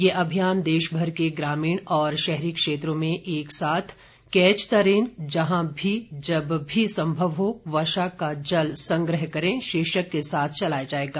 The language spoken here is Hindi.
यह अभियान देश भर के ग्रामीण और शहरी क्षेत्रों में एक साथ कैच द रेनः जहां भी जब भी संभव हो वर्षा का जल संग्रह करें शीर्षक के साथ चलाया जाएगा